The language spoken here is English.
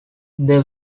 they